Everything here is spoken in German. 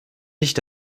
nicht